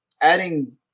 adding